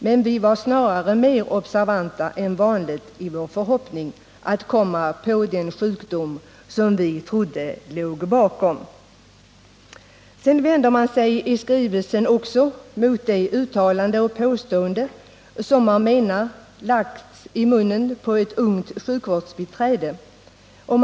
Men vi var snarare mer observanta än vanligt i vår förhoppning att komma på den sjukdom som vi trodde låg bakom.” Personalen vänder sig i skrivelsen också mot de uttalanden och påståenden som man menar lagts i ett ungt sjukvårdsbiträdes mun.